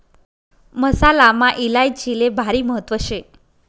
मसालामा इलायचीले भारी महत्त्व शे